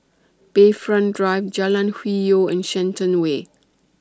Bayfront Drive Jalan Hwi Yoh and Shenton Way